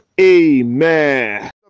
Amen